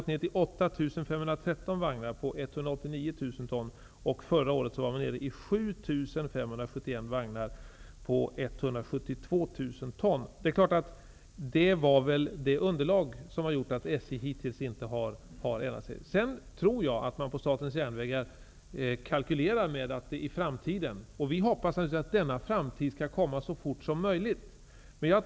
1989 vagnar och 189 000 ton. Förra året var det nere på 7 571 vagnar på 172 000 ton. Det är detta underlag som har gjort att man inom SJ hittills inte har kunnat ena sig. Jag tror att man på Statens järnvägar har detta med i sina kalkyler inför framtiden. Vi hoppas att den här framtiden skall komma så fort som möjligt.